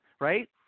right